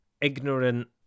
ignorant